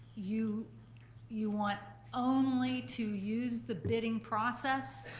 you you want only to use the bidding process?